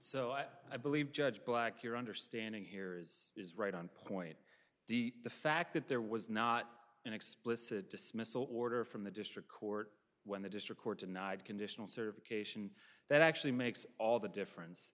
so i believe judge black your understanding here is right on point the fact that there was not an explicit dismissal order from the district court when the district court denied conditional serve cation that actually makes all the difference